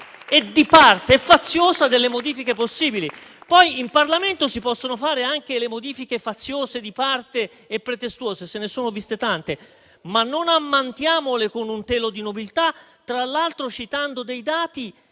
di parte e faziosa delle modifiche possibili; poi in Parlamento si possono fare anche le modifiche faziose, di parte e pretestuose (se ne sono viste tante), ma non ammantiamole con un telo di nobiltà, tra l'altro citando dati